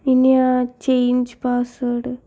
ഇനി ആ change password